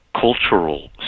cultural